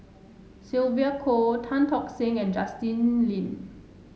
Sylvia Kho Tan Tock Seng and Justin Lean